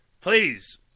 Please